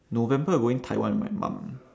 november I going taiwan with my mum